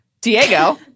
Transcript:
Diego